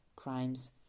crimes